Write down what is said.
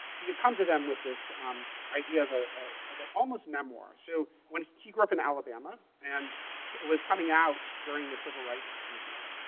he had come to them with this um idea of ah ah of an almost memoir. so he grew up in alabama and was coming out during the civil rights movement.